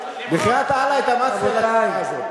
בחייאת אללה, התאמצתי על התשובה הזאת.